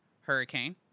Hurricane